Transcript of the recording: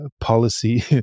policy